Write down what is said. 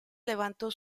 levantó